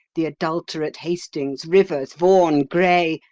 the adulterate hastings, rivers, vaughan, grey,